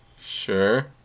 Sure